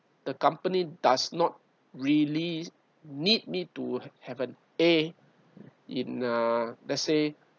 the company does not really need me to have an a in uh let's say